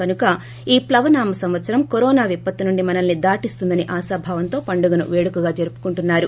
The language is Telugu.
కనుక ఈ ప్లవనామ సంవత్సరం కరోనా విపత్తు నుండి మనల్ని దాటిస్తుంది అని ఆశాభావంలో పండుగను పేడుకగా జరుపుకుంటున్నారు